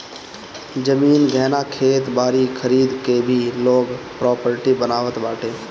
जमीन, गहना, खेत बारी खरीद के भी लोग प्रापर्टी बनावत बाटे